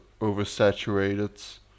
oversaturated